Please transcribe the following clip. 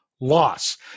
loss